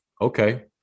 okay